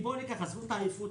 עזבו את העייפות,